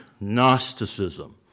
Gnosticism